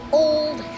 old